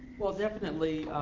well definitely,